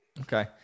Okay